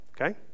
okay